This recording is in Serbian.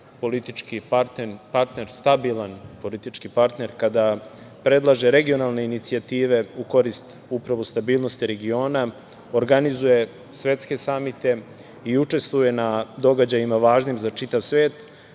politički partner, stabilan politički partner, kada predlaže regionalne inicijative u korist upravo stabilnosti regiona, organizuje svetske samite i učestvuje na događajima važnim za čitav svet,